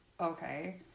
Okay